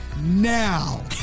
Now